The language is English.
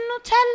Nutella